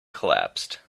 collapsed